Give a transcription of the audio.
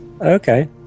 Okay